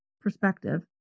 perspective